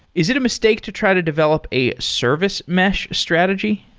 is it a mistake to try to develop a service mesh strategy?